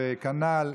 וכנ"ל,